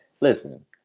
listen